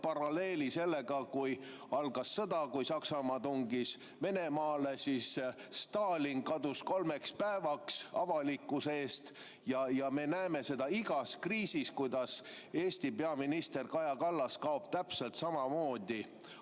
paralleeli sellega, kui algas sõda ja Saksamaa tungis Venemaale, siis Stalin kadus kolmeks päevaks avalikkuse eest. Me näeme igas kriisis, kuidas Eesti peaminister Kaja Kallas kaob täpselt samamoodi